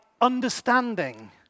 understanding